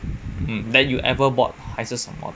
hmm that you ever bought 还是什么